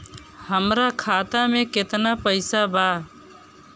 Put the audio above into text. हमरा खाता में केतना पइसा बा?